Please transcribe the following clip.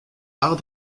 art